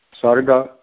sarga